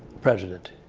president.